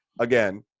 again